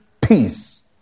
peace